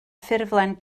ffurflen